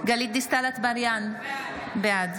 גלית דיסטל אטבריאן, בעד